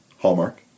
Hallmark